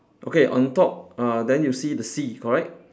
okay on top uh then you see the sea correct